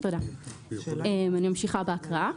אני ממשיכה בהקראה.